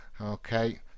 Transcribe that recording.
okay